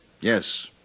Yes